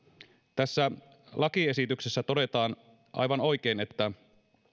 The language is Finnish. tässä lakiesityksessä todetaan aivan oikein että